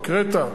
הקראת.